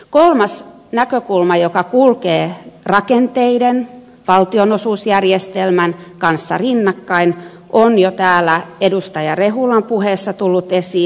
kolmas näkökulma joka kulkee rakenteiden valtionosuusjärjestelmän kanssa rinnakkain on jo täällä edustaja rehulan puheessa tullut esiin